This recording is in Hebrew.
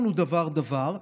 ועברנו דבר-דבר.